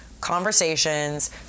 conversations